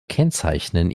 kennzeichnen